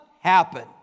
happen